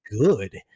good